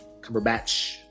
Cumberbatch